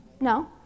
No